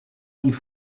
die